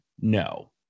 no